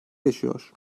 yaşıyor